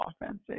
offensive